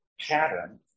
pattern